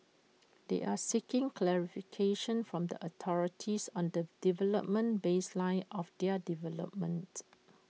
they are seeking clarification from the authorities on the development baseline of their development